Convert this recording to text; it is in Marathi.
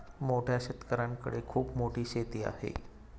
मोठ्या शेतकऱ्यांकडे खूप मोठी शेती आहे